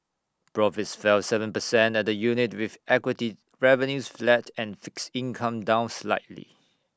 profits fell Seven percent at the unit with equity revenues flat and fixed income down slightly